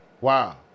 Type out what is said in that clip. Wow